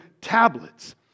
tablets